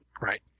Right